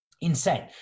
insane